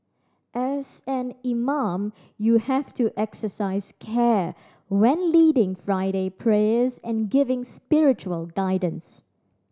as an imam you have to exercise care when leading Friday prayers and giving spiritual guidance